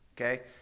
Okay